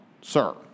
sir